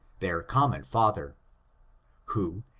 their common father who,